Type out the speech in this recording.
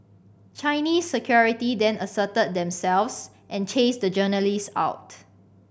Chinese security then asserted themselves and chased the journalists out